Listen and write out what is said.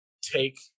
take